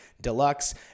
deluxe